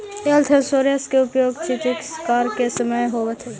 health insurance के उपयोग चिकित्स कार्य के समय होवऽ हई